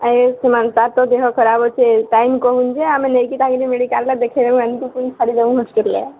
ଆଉ ତାର ତ ଦେହ ଖରାପ ଅଛି ଟାଇମ୍ କହନ୍ତୁ ଯେ ଆମେ ନେଇକି ତାକୁ ମେଡିକାଲରେ ଦେଖେଇ ପୁଣି ଆଣିକି ଛାଡ଼ିଦେବୁ ହଷ୍ଟେଲ୍ରେ